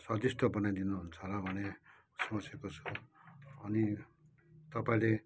स्वादिष्ट बनाइदिनुहुन्छ होला भने सोचेको छु अनि तपाईँले